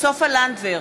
סופה לנדבר,